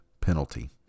penalty